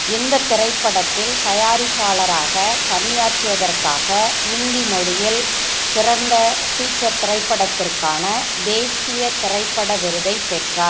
இந்த திரைப்படத்தில் தயாரிப்பாளராக பணியாற்றியதற்காக இந்தி மொழியில் சிறந்த ஃபீச்சர் திரைப்படத்திற்கான தேசிய திரைப்பட விருதைப் பெற்றார்